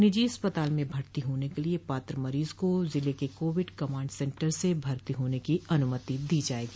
निजी अस्पताल में भर्ती होने के लिये पात्र मरीज को जिले के कोविड कमांड सेन्टर से भर्ती होने की अनुमति दी जायेगी